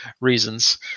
reasons